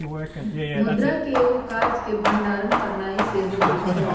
मुद्रा के एगो काज के भंडारण करनाइ सेहो होइ छइ